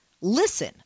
Listen